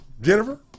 Jennifer